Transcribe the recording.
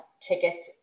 tickets